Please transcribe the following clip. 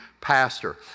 pastor